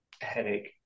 headache